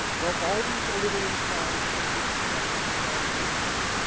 though always a little inclined to affect sad fancies.